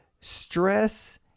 stress